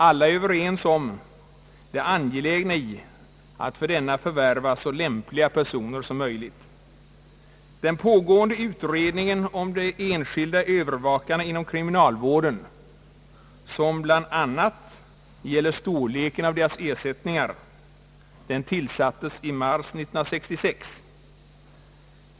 Alla är överens om det angelägna i att för denna förvärva så lämpliga personer som möjligt. Den pågående utredningen om de enskilda övervakarna inom kriminalvården, som bl.a. gäller storleken av deras ersättningar, tillsattes i mars 1966.